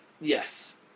Yes